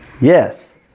Yes